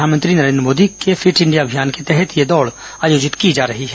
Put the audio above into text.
प्रधानमंत्री नरेंद्र मोदी के fit India अभियान के तहत यह दौड़ आयोजित की जा रही है